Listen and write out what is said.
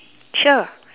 sure